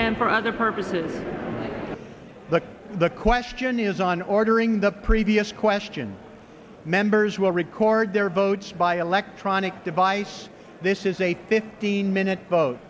for other purposes the the question is on ordering the previous question members will record their votes by electronic device this is a fifteen minute